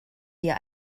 hier